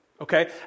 okay